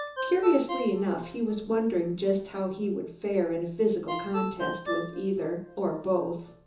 curiously enough he was wondering just how he would fare in a physical contest with either, or both.